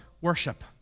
Worship